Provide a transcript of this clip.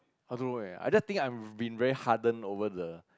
I don't know leh I just think I've been very harden over the